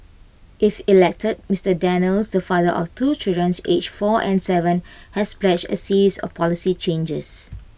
if elected Mister Daniels the father of two children's aged four and Seven has pledged A series of policy changes